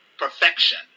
perfection